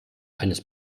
eines